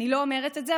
אני לא אומרת את זה,